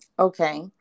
okay